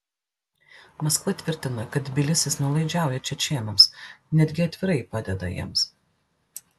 maskva tvirtina kad tbilisis nuolaidžiauja čečėnams netgi atvirai padeda jiems